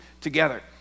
together